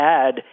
add